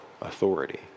authority